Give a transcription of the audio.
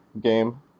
game